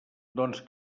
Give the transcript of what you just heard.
doncs